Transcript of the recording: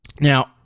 Now